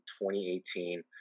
2018